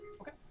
Okay